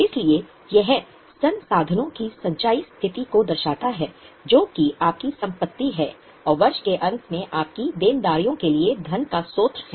इसलिए यह संसाधनों की संचयी स्थिति को दर्शाता है जो कि आपकी संपत्ति है और वर्ष के अंत में आपकी देनदारियों के लिए धन का स्रोत है